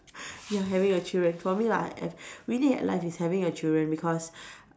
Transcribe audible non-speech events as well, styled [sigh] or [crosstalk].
[breath] ya having a children for me like [noise] winning at life is having a children because